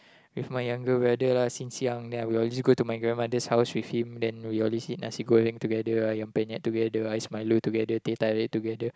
with my younger brother lah since young then I will always go to my grandmother's house with him then we always eat nasi-goreng together Ayam-Penyet together ice milo together teh-tarik together